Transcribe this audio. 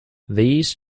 these